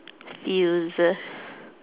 feels